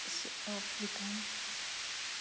स् मिठाम्